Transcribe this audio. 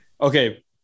Okay